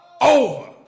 over